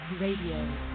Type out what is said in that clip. Radio